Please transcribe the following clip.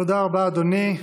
תודה רבה, אדוני.